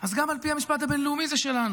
אז גם על פי המשפט הבין-לאומי זה שלנו.